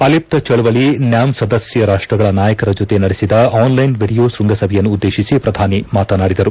ಆಲಿಪ್ತ ಚಳವಳಿ ನ್ಯಾಮ್ ಸದಸ್ಯ ರಾಷ್ಟಗಳ ನಾಯಕರ ಜೊತೆ ನಡೆಸಿದ ಆನ್ಲೈನ್ ವಿಡಿಯೋ ಶ್ವಂಗಸಭೆಯನ್ನು ಉದ್ದೇಶಿಸಿ ಪ್ರಧಾನಿ ಮಾತನಾಡಿದರು